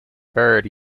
bird